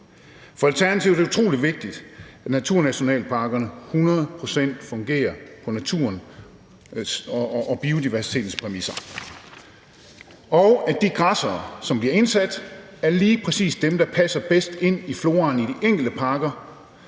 For Alternativet er det utrolig vigtigt, at naturnationalparkerne hundrede procent fungerer på naturens og biodiversitetens præmisser, og at de græssere, som bliver indsat, er lige præcis dem, der passer bedst ind i floraen i de enkelte parker,